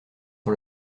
sur